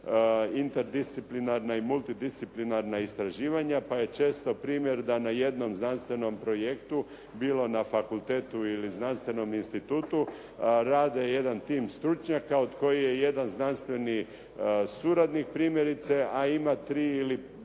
interdisciplinarna i multidisciplinarna istraživanja pa je često primjer da na jednom znanstvenom projektu bilo na fakultetu ili znanstvenom institutu radi jedan tim stručnjaka od kojih je jedan znanstveni suradnik a ima tri ili